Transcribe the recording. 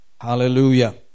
Hallelujah